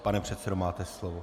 Pane předsedo, máte slovo.